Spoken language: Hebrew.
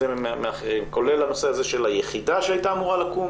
מאחרים כולל בנושא הזה של היחידה שהייתה אמורה לקום